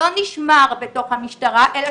החומר לא נשמר בתוך המשטרה, אלא